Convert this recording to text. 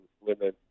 women